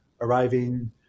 arriving